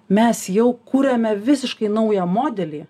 mes jau kūriame visiškai naują modelį